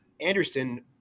Anderson